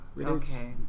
Okay